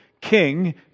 king